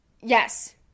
Yes